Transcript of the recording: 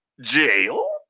Jail